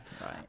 right